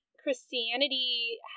Christianity